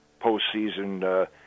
postseason